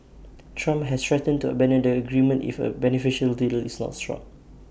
Trump has threatened to abandon the agreement if A beneficial deal is not struck